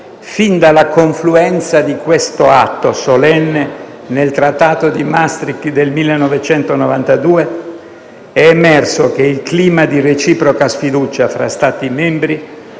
Fin dalla confluenza di questo atto solenne nel Trattato di Maastricht del 1992 è emerso che il clima di reciproca sfiducia fra Stati membri